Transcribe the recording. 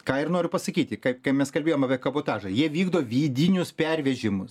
ką ir noriu pasakyti ka kai mes kalbėjom apie kabotažą jie vykdo vidinius pervežimus